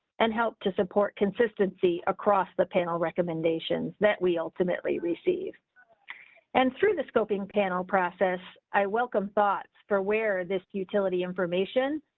and help to support consistency across the panel recommendations that we ultimately receive and through the scoping panel process i welcome thoughts for where this utility information.